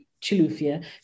Chilufia